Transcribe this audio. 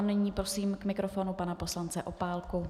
Nyní prosím k mikrofonu pana poslance Opálku.